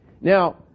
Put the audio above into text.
now